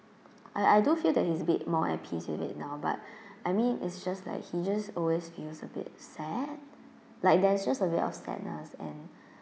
I I do feel that he's a bit more at peace with it now but I mean it's just like he just always feels a bit sad like there's just a bit of sadness and